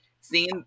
seeing